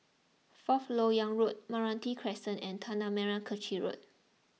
Fourth Lok Yang Road Meranti Crescent and Tanah Merah Kechil Road